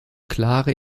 klare